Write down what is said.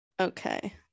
Okay